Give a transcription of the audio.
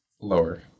Lower